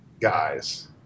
guys